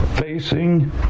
facing